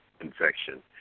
infection